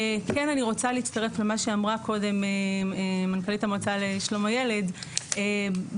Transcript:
אני רוצה להצטרף למה שאמרה קודם מנכ"לית המועצה לשלום הילד בנוגע